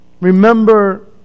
remember